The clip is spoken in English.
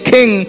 King